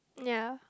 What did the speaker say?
ya